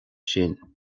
sin